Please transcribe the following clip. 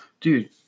Dude